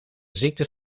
ziekte